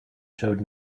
showed